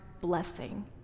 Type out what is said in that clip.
blessing